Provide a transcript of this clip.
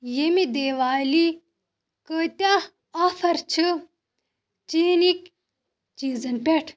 ییٚمہِ دیوالی کۭتیٛاہ آفر چھِ چیٖنٕکۍ چیٖزن پٮ۪ٹھ